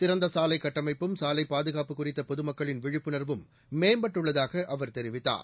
சிறந்த சாலை கட்டமைப்பும் சாலை பாதுகாப்பு குறித்த பொதுமக்களின் விழிப்புணர்வும் மேம்பட்டுள்ளதாக அவர் தெரிவித்தார்